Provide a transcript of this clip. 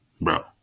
bro